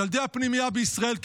ילדי הפנימייה בישראל,